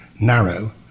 narrow